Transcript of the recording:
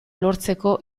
lortzeko